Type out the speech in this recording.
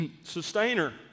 sustainer